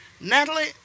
Natalie